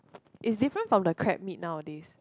it's different from the crab meat nowadays